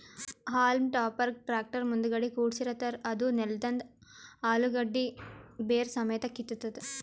haulm ಟಾಪರ್ಗ್ tractor ಮುಂದಗಡಿ ಕುಡ್ಸಿರತಾರ್ ಅದೂ ನೆಲದಂದ್ ಅಲುಗಡ್ಡಿ ಬೇರ್ ಸಮೇತ್ ಕಿತ್ತತದ್